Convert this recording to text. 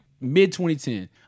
mid-2010